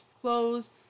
clothes